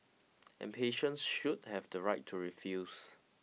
and patients should have the right to refuse